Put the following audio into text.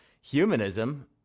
humanism